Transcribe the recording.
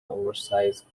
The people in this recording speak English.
oversize